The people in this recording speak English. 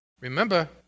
remember